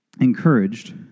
encouraged